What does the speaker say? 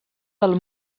del